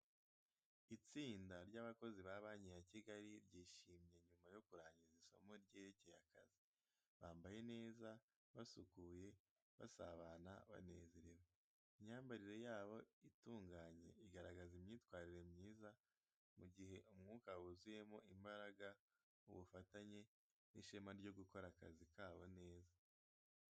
Itsinda ry’abakozi ba Banki ya Kigali ryishimye nyuma yo kurangiza isomo ryerekeye akazi. Bambaye neza, basukuye, basabana banezerewe. Imyambarire yabo itunganye igaragaza imyitwarire myiza, mu gihe umwuka wuzuyemo imbaraga, ubufatanye, n’ishema ryo gukora akazi kabo neza.